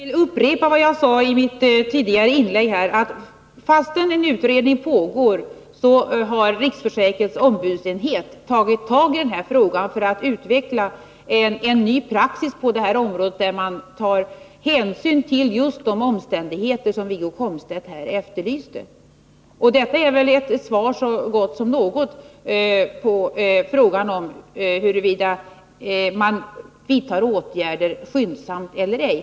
Herr talman! Jag vill upprepa vad jag sade i mitt tidigare inlägg: Fastän en utredning pågår har riksförsäkringsverkets ombudsenhet tagit tag i denna fråga för att utveckla en ny praxis, där man tar hänsyn till just de omständigheter som Wiggo Komstedt tar upp. Detta är väl ett svar så gott som något på frågan om huruvida man vidtar åtgärder skyndsamt eller ej.